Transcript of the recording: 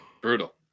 Brutal